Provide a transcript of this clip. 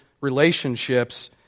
relationships